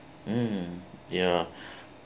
mm ya